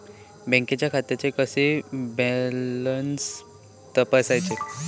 बँकेच्या खात्याचो कसो बॅलन्स तपासायचो?